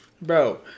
Bro